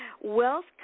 wealth